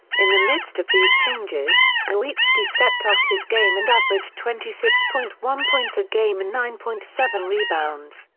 in the midst of these changes, nowitzki stepped up his game and averaged twenty six point one points a game and nine point seven rebounds,